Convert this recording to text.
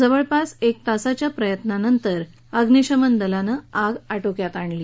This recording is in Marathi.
जवळपास एक तासाच्या प्रयत्नांनंतर अग्निशामक दलानं आग आटोक्यात आणली